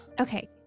Okay